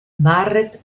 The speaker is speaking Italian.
barrett